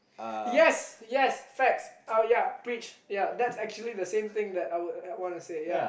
yes yes facts uh ya preach ya that's actually the same thing that I would I would wanna say ya